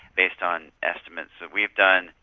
based on estimates that we've done,